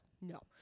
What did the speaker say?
No